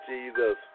Jesus